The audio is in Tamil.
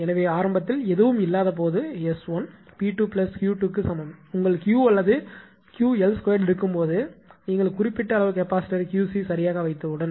எனவே ஆரம்பத்தில் எதுவும் இல்லாத போது 𝑆1 𝑃2 𝑄2 க்கு சமம் உங்கள் Q அல்லது உங்கள் 𝑄l2 இருக்கும்போது ஆனால் நீங்கள் குறிப்பிட்ட அளவு கெபாசிட்டரை 𝑄𝐶 சரியாக வைத்தவுடன்